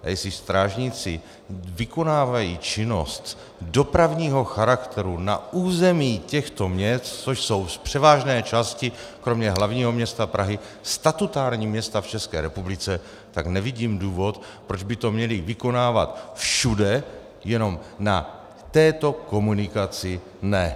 A jestli strážníci vykonávají činnost dopravního charakteru na území těchto měst, což jsou z převážné části kromě hl. m. Prahy statutární města v České republice, tak nevidím důvod, proč by to měli vykonávat všude, jenom na této komunikaci ne.